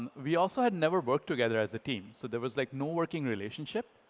we also had never worked together as a team. so there was, like, no working relationship.